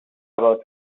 about